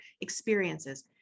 experiences